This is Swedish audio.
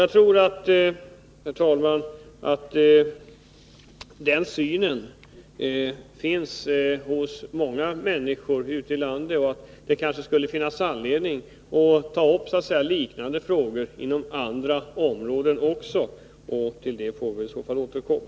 Jag tror, herr talman, att det synsättet finns hos många människor ute i landet och att det kanske finns anledning att ta upp liknande frågor inom andra områden också. Till det får vi i så fall återkomma.